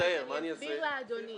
אז אני אסביר לאדוני.